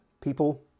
people